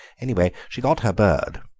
anyway, she got her bird.